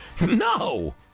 No